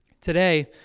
Today